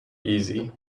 easy